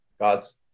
God's